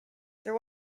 there